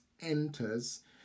enters